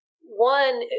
One